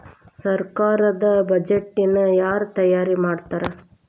ಸರ್ಕಾರದ್ ಬಡ್ಜೆಟ್ ನ ಯಾರ್ ತಯಾರಿ ಮಾಡ್ತಾರ್?